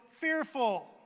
fearful